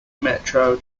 metro